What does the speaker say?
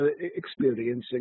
experiencing